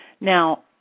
Now